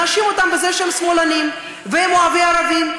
נאשים אותם בזה שהם שמאלנים והם אוהבי ערבים,